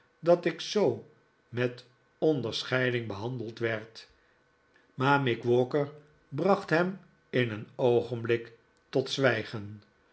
dat ik zoo met onderscheiding behandeld werd maar mick walker bracht hem in een oogenblik tot zwjjgen